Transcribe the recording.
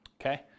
okay